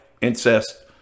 incest